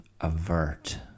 avert